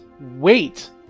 wait